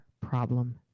problem